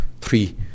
three